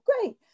great